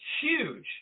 huge